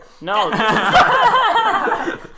No